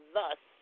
Thus